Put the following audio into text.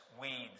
weeds